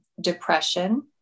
depression